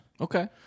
Okay